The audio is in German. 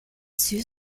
sur